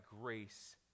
grace